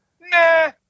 nah